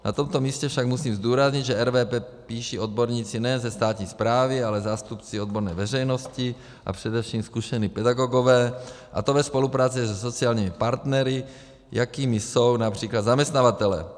Na tomto místě však musím zdůraznit, že RVP píší odborníci nejen ze státní správy, ale i zástupci odborné veřejnosti a především zkušení pedagogové, a to ve spolupráci se sociálními partnery, jakými jsou například zaměstnavatelé.